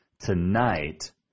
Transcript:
tonight